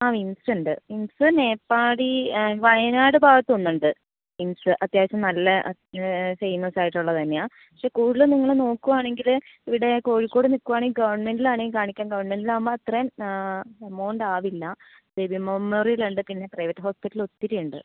ആ മിംമ്സ് ഉണ്ട് മിംമ്സ് നേപ്പാളി വയനാട് ഭാഗത്ത് ഒന്ന് ഉണ്ട് മിംമ്സ് അത്യാവശ്യം നല്ല ഫേമസ് ആയിട്ടുള്ളത് തന്നെയാണ് പക്ഷേ കൂടുതൽ നിങ്ങൾ നോക്കുവാണെങ്കിൽ ഇവിടെ കോഴിക്കോട് നിക്കുവാണെങ്കിൽ ഗവൺമെൻറ്റിൽ ആണെങ്കിൽ കാണിക്കാം ഗവൺമെൻറ്റിൽ ആവുമ്പം അത്രയും എമൗണ്ട് ആവില്ല ബേബി മെമ്മോറിയൽ ഉണ്ട് പിന്നെ പ്രൈവറ്റ് ഹോസ്പിറ്റൽ ഒത്തിരി ഇണ്ട്